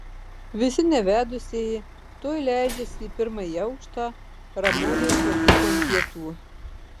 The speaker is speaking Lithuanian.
visi nevedusieji tuoj leidžiasi į pirmąjį aukštą ramovės valgyklon pietų